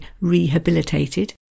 rehabilitated